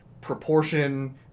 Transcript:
proportion